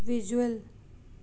visual